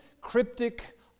cryptic